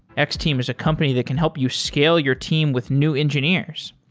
x-team is a company that can help you scale your team with new engineers.